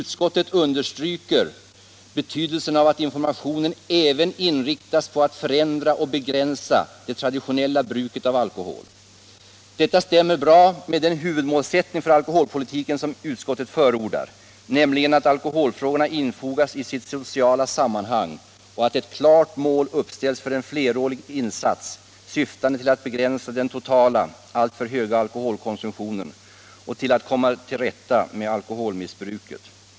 Utskottet understryker ”betydelsen av att informationen även inriktas på att förändra och begränsa det traditionella bruket av alkohol”. Detta stämmer bra överens med den huvudmålsättning för alkoholpolitiken som utskottet förordar, nämligen att ”alkoholfrågorna infogas i sitt sociala sammanhang och att ett klart mål uppställes för en flerårig insats syftande till att begränsa den totala, alltför höga alkoholkonsumtionen och till att komma till rätta med alkoholmissbruket”.